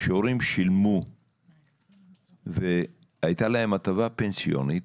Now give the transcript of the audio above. הורים שילמו והייתה להם הטבה פנסיונית